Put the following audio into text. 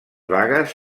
vagues